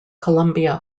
columbia